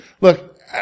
Look